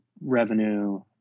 revenue